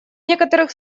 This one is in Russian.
некоторых